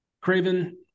Craven